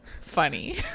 funny